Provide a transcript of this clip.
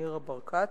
ניר ברקת,